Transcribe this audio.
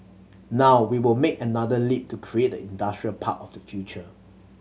now we will make another leap to create the industrial park of the future